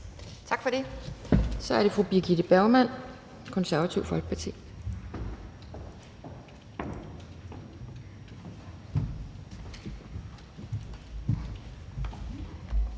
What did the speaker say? Tak for det. Så er det fru Birgitte Bergman, Det Konservative Folkeparti.